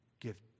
give